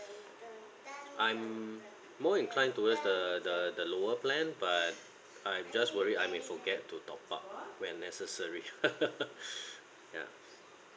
I'm more inclined towards the the the lower plan but I just worry I may forget to top up when necessary ya